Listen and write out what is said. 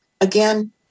again